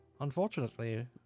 unfortunately